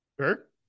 sure